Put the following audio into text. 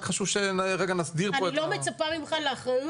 רק חשוב שנסדיר פה את --- אני לא מצפה ממך לאחריות